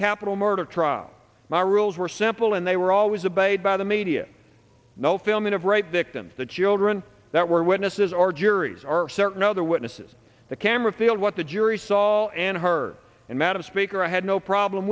capital murder trial my rules were simple and they were always a bait by the media no filming of rape victims the children that were witnesses or juries are certain other witnesses the camera field what the jury saw and heard and madam speaker i had no problem